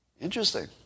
Interesting